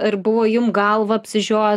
ar buvo jum galvą apsižiojęs